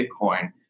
bitcoin